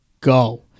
go